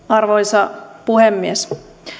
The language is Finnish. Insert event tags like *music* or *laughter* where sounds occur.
*unintelligible* arvoisa puhemies